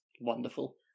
wonderful